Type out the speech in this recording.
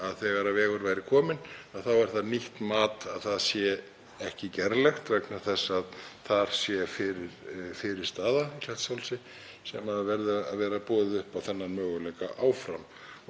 þegar vegur verður kominn þá er það nýtt mat að það sé ekki gerlegt vegna þess að þar sé fyrir fyrirstaða, í Klettshálsi, og það verði að vera boðið upp á þennan möguleika áfram.